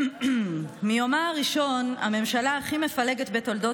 מיומה הראשון הממשלה הכי מפלגת בתולדות